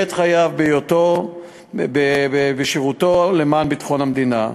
את חייו בהיותו בשירותו למען ביטחון המדינה.